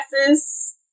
glasses